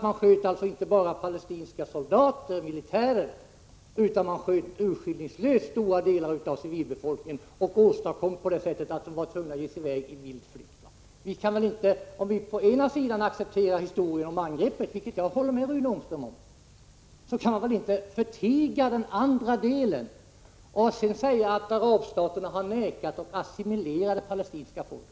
Man sköt inte bara på palestinska soldater, utan man sköt urskillningslöst på stora delar av civilbefolkningen. Följden blev att befolkningen var tvungen att bege sig i väg i vild flykt. Accepterar man å ena sidan historien om angreppet — och där håller jag med Rune Ångström — kan man väl inte å andra sidan förtiga det andra och säga att arabstaterna har nekat att assimilera det palestinska folket.